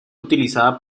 utilizada